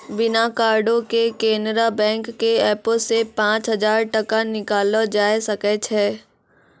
बिना कार्डो के केनरा बैंक के एपो से पांच हजार टका निकाललो जाय सकै छै